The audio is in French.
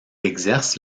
exerce